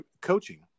coaching